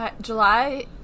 July